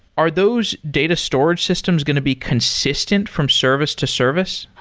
are those data storage systems going to be consistent from service to service?